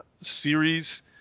series